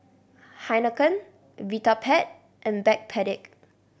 Heinekein Vitapet and Backpedic